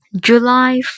July